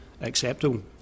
acceptable